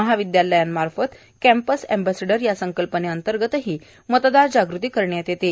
महाविद्यालयामार्फत campus ambassador यासंकल्पने अंतर्गतही मतदार जागृती करण्यात येत आहे